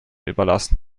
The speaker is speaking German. überlassen